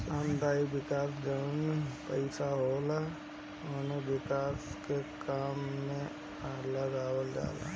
सामुदायिक विकास बैंक जवन पईसा होला उके विकास के काम में लगावल जाला